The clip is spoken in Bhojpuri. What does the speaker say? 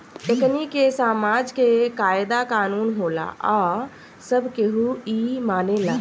एकनि के समाज के कायदा कानून होला आ सब केहू इ मानेला